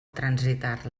transitar